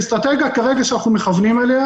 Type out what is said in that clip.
כרגע האסטרטגיה שאנחנו מכוונים אליה